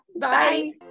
Bye